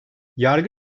yargı